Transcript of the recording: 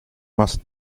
must